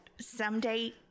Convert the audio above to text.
someday